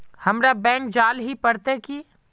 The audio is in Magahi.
हमरा बैंक जाल ही पड़ते की?